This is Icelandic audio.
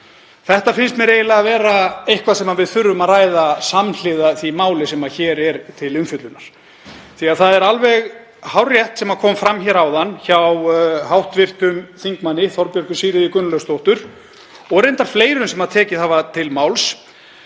Þetta finnst mér eiginlega að vera eitthvað sem við þurfum að ræða samhliða því máli sem hér er til umfjöllunar því að það er alveg hárrétt sem kom fram áðan hjá hv. þm. Þorbjörgu Sigríði Gunnlaugsdóttur, og reyndar fleirum sem tekið hafa til máls,